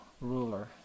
ruler